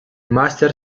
master